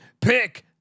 Pick